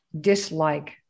dislike